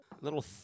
little